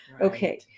Okay